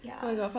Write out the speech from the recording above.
ya